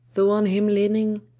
thou on him leaning,